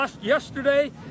yesterday